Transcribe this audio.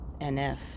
NF